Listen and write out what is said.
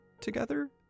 together